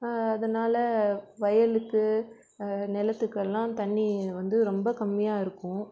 அதனால் வயலுக்கு நிலத்துக்கெல்லாம் தண்ணி வந்து ரொம்ப கம்மியாக இருக்கும்